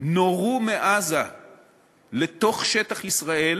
נורו מעזה לתוך שטח ישראל